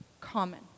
common